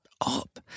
up